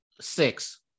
six